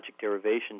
derivation